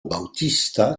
bautista